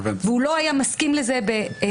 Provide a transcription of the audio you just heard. והוא לא היה מסכים לזה בצורה אחרת,